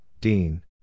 dean